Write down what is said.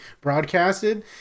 broadcasted